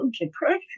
depression